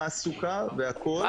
תעסוקה והכול,